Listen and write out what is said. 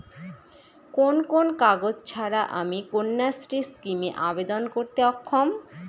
কোন কোন কাগজ ছাড়া আমি কন্যাশ্রী স্কিমে আবেদন করতে অক্ষম?